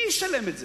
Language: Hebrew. מי ישלם את זה?